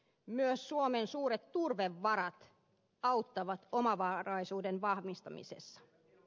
myös suomen suuret turvevarat auttavat omavaraisuuden vahvistamisessa